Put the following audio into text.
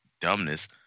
dumbness